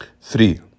Three